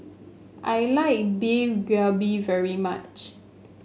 I like Beef Galbi very much